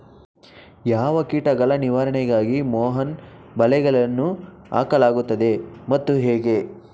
ಯಾವ ಕೀಟಗಳ ನಿವಾರಣೆಗಾಗಿ ಮೋಹನ ಬಲೆಗಳನ್ನು ಹಾಕಲಾಗುತ್ತದೆ ಮತ್ತು ಹೇಗೆ?